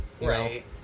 right